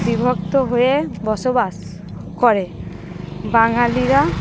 বিভক্ত হয়ে বসবাস করে বাঙালিরা